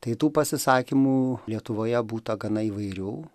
tai tų pasisakymų lietuvoje būta gana įvairių